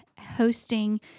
hosting